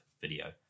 video